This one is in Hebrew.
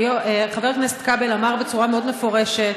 כי חבר הכנסת כבל אמר בצורה מאוד מפורשת,